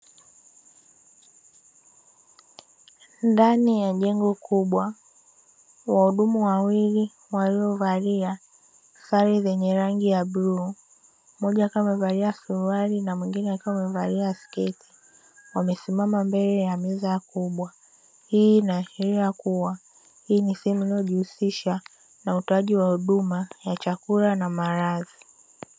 Ndani ya jengo kubwa wahudumu wawili waliovalia sare zenye rangi ya bluu, mmoja akiwa amevalia suruali na mwingine akiwa amevalia sketi, wamesimama mbele ya meza kubwa hii inaashiria kuwa ni sehemu inayojihusisha na utoaji wa huduma ya chakula na malazi.